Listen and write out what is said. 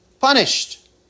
punished